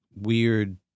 weird